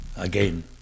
again